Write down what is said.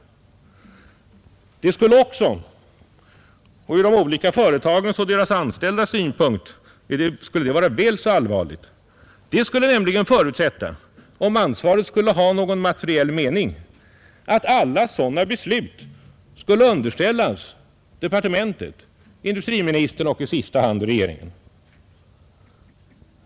Det skulle också — och ur de olika företagens och deras anställdas synpunkt skulle det vara väl så allvarligt — förutsätta, om ansvaret skulle ha någon materiell mening, att alla sådana beslut skulle underställas departementet, industriministern och i sista hand regeringen.